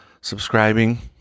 subscribing